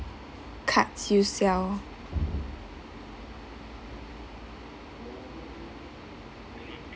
cards you sell